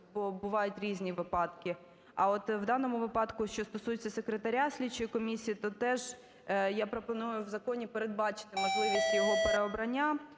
бувають різні випадки. А от в даному випадку, що стосується секретаря слідчої комісії, то теж я пропоную в законі передбачити можливість його переобрання